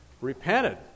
repented